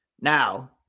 Now